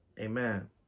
Amen